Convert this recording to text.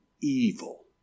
evil